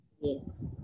Yes